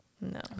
no